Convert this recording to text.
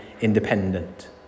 independent